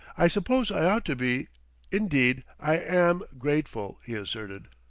i suppose i ought to be indeed, i am grateful, he asserted.